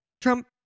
Trump